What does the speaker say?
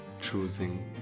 choosing